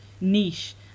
niche